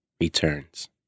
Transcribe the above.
returns